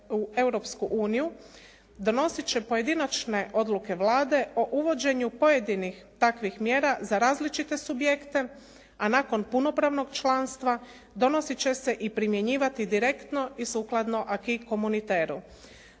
uniju, donositi će pojedinačne odluke Vlade o uvođenju pojedinih takvih mjera za različite subjekte, a nakon punopravnog članstva donositi će se i primjenjivati direktno i sukladno acquis communautarieu.